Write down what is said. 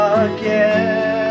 again